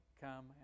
come